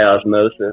osmosis